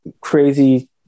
crazy